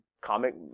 comic